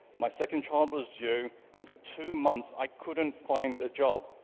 my second child was due and for two months, i couldn't find a job.